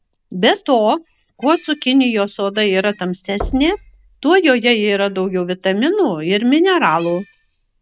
be to kuo cukinijos oda yra tamsesnė tuo joje yra daugiau vitaminų ir mineralų